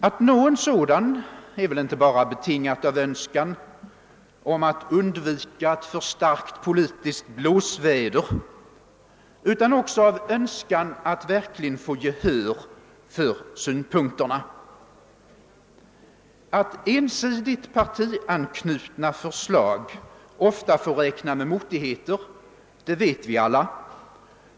Att nå en sådan är väl inte bara betingat av önskan om att undvika för starkt politiskt blåsväder utan också av önskan att verkligen få gehör för synpunkterna. Att ensidigt partianknytna förslag ofta får räkna med motigheter, vet vi alla.